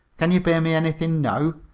can ye pay me anythin' now?